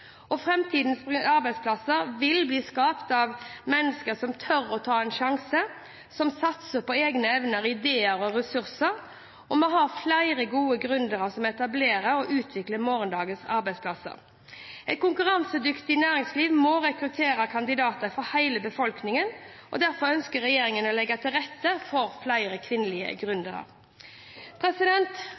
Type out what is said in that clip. arbeidsplasser vil bli skapt av mennesker som tør å ta en sjanse, og som satser på egne evner, ideer og ressurser, og vi har flere gode gründere som etablerer og utvikler morgendagens arbeidsplasser. Et konkurransedyktig næringsliv må rekruttere kandidater fra hele befolkningen, og derfor ønsker regjeringen å legge til rette for flere kvinnelige